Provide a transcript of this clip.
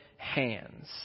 hands